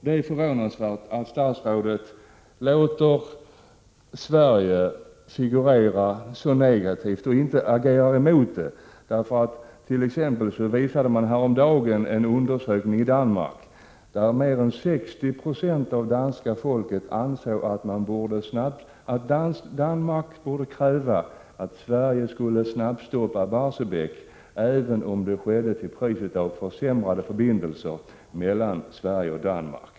Det är förvånansvärt att statsrådet låter Sverige figurera på ett så negativt sätt och att hon inte agerar mot det. Häromdagen visade t.ex. en undersökning i Danmark att mer än 60 96 av danska folket ansåg att Danmark borde kräva att Sverige skulle snabbstoppa Barsebäck, även om det skedde till priset av försämrade förbindelser mellan Sverige och Danmark.